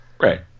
Right